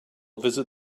visit